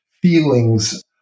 feelings